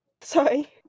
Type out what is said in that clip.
sorry